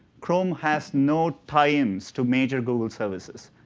chrome has no tie-ins to major google services.